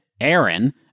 Aaron